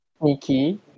Nikki